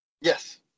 Yes